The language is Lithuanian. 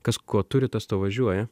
kas ko turi tas tuo važiuoja